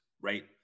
right